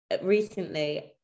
recently